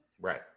Right